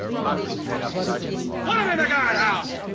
look these men up, sergeant. put them in the guardhouse.